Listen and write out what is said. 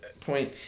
Point